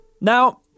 Now